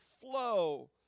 flow